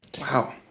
wow